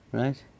right